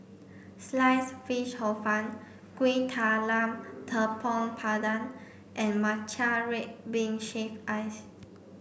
Sliced Fish Hor Fun Kueh Talam Tepong Pandan and Matcha Red Bean Shaved Ice